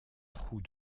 trous